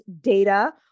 data